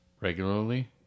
regularly